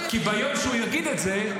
כי ביום שהוא יגיד את זה,